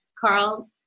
Carl